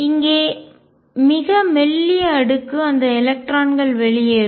இங்கே மிக மெல்லிய அடுக்கு அந்த எலக்ட்ரான்கள் வெளியேறும்